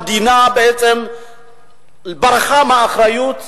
המדינה בעצם ברחה מאחריות,